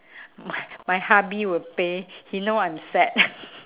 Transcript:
my my hubby will pay he know I'm sad